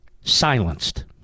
silenced